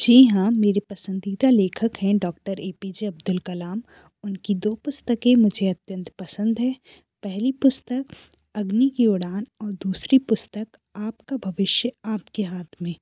जी हाँ मेरे पसंदीदा लेखक हैं doctor A P J Abdul Kalam उनकी दो पुस्तकें मुझे अत्यंत पसंद है पहली पुस्तक अग्नि की उड़ान और दूसरी पुस्तक आपका भविष्य आपके हाथ में